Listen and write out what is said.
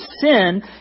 sin